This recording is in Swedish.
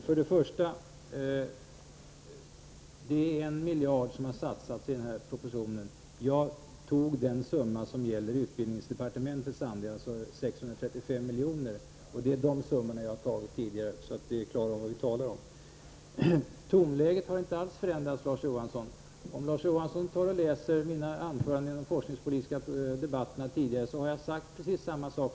Fru talman! I den här propositionen satsas 1 miljard kronor. Jag talade om den summa som gäller utbildningsdepartementets andel, dvs. 635 milj.kr. Detta säger jag för att klara ut vad vi talar om. Tonläget har inte alls förändrats, Larz Johansson. Om Larz Johansson läser mina anföranden från tidigare forskningspolitiska debatter, finner han att jag har sagt precis samma sak.